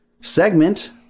segment